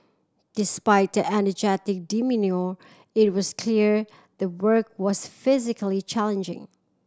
despite their energetic demeanour it was clear the work was physically challenging